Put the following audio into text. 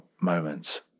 moments